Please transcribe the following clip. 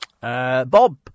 Bob